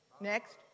Next